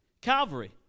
Calvary